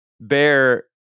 bear